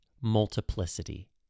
multiplicity